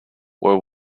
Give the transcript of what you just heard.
were